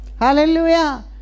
Hallelujah